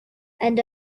and